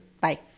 Bye